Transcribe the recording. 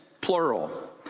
Plural